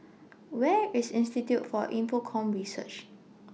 Where IS Institute For Infocomm Research